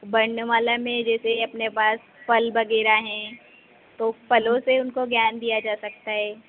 वर्णमाला में जैसे अपने पास फल वग़ैरह हैं तो फलों से उनको ज्ञान दिया जा सकता है